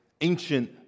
ancient